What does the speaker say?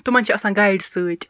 تِمَن چھ آسان گَایِڈ سۭتۍ